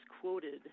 quoted